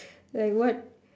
like what